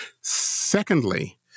Secondly